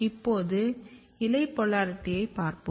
இப்போது இலை போலாரிட்டியைப் பார்ப்போம்